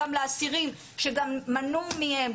גם לאסירים שכבר מנעו מהם,